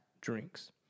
drinks